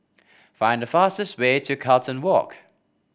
find the fastest way to Carlton Walk